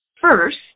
first